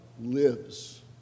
lives